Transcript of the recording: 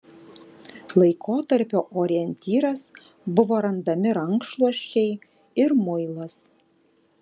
laikotarpio orientyras buvo randami rankšluosčiai ir muilas